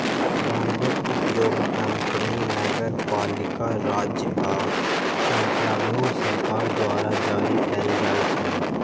बांडक उपयोग कंपनी, नगरपालिका, राज्य आ संप्रभु सरकार द्वारा जारी कैल जाइ छै